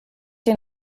den